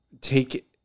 Take